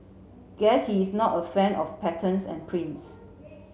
guess he's not a fan of patterns and prints